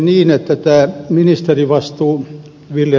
ville niinistöstä oli puhe